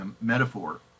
metaphor